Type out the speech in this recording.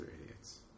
idiots